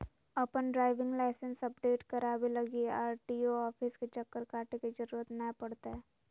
अपन driving license update कराबे लगी आर.टी.ओ ऑफिस के चक्कर काटे के जरूरत नै पड़तैय